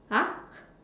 !huh!